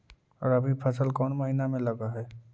रबी फसल कोन महिना में लग है?